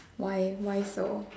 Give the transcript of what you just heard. why why so